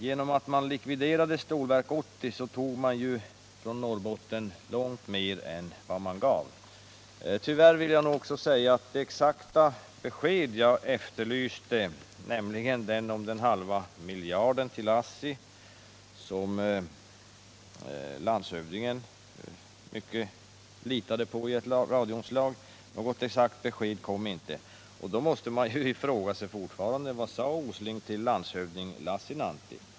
Genom att man likviderade Stålverk 80 tog man från Norrbotten långt mer än Tyvärr måste jag också säga att jag inte fick det exakta besked jag efterlyste, nämligen om den halva miljarden till ASSI, som landshövdingen enligt ett radioinslag litade på. Då måste man fortfarande fråga sig: Vad sade Åsling till landshövding Lassinantti?